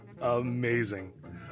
Amazing